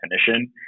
definition